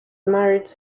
marriage